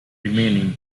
remaining